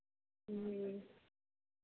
जी